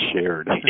shared